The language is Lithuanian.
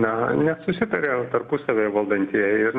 na nesusitarė tarpusavy valdantieji ir